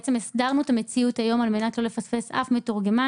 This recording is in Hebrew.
הסדרנו את המציאות היום על מנת לא לפספס אף מתורגמן.